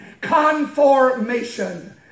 Conformation